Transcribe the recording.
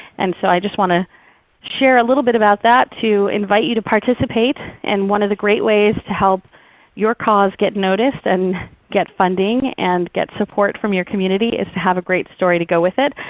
and so i just want to share a little bit about that to invite you to participate, and one of the great ways to help your cause get noticed, and get funding, and get support from your community is have a great story to go with it.